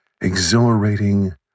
exhilarating